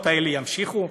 שהרציחות האלה יימשכו?